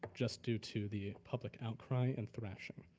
just due to the public outcry and trashing.